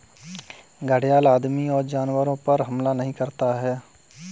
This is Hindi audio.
घड़ियाल आदमियों और जानवरों पर हमला नहीं करता है